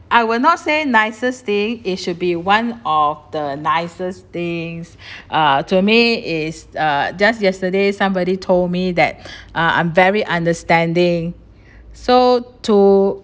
I will not say nicest day it should be one of the nicest things uh to me is uh just yesterday somebody told me that uh I'm very understanding so to